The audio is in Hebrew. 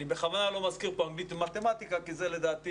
בכוונה אני לא מזכיר כאן אנגלית ומתמטיקה כי לדעתי